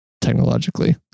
technologically